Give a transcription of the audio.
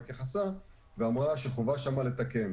התייחסה אליו ואמרה שחובה שם לתקן,